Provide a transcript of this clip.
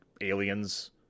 aliens